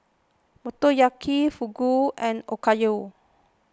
Motoyaki Fugu and Okayu